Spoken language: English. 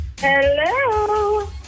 Hello